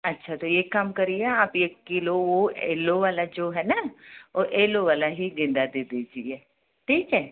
अच्छा तो एक काम करिए आप एक किलो येलो वाला जो है ना वो येलो वाला ही गेंदा दे दीजिए ठीक है